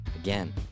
again